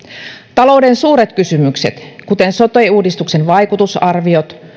talouden suuret kysymykset kuten sote uudistuksen vaikutusarviot